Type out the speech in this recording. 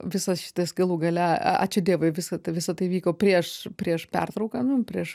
visas šitas galų gale ačiū dievui visa tai visa tai vyko prieš prieš pertrauką nu prieš